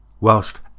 whilst